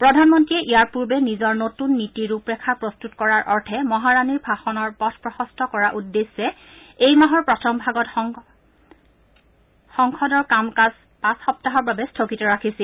প্ৰধানমন্ত্ৰীয়ে ইয়াৰ পূৰ্বে নিজৰ নতুন নীতি ৰূপৰেখা প্ৰস্তুত কৰাৰ অৰ্থে মহাৰাণীৰ ভাযণৰ পথপ্ৰশস্ত কৰাৰ উদ্দেশ্য এই মাহৰ প্ৰথম ভাগত সংদৰ কাম কাজ পাচ সপ্তাহৰ বাবে স্বগিত ৰাখিছিল